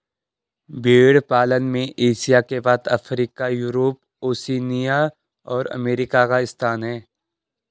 भेंड़ पालन में एशिया के बाद अफ्रीका, यूरोप, ओशिनिया और अमेरिका का स्थान है